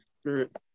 Spirit